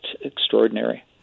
extraordinary